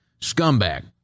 scumbag